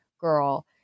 girl